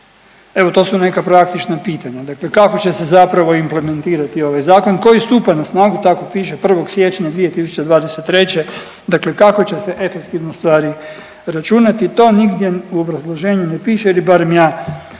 Evo to su neka praktična pitanja. Dakle, kako će se zapravo implementirati ovaj zakon koji stupa na snagu, tako piše 1. siječnja 2023. Dakle, kako će se efektivno stvari računati to nigdje u obrazloženju ne piše ili barem ja